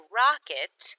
rocket